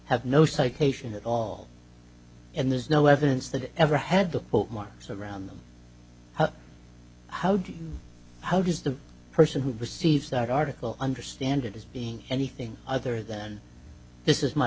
have no citation at all and there's no evidence that it ever had the full marks around them how do how does the person who receives that article understand it as being anything other than this is my